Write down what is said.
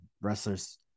wrestlers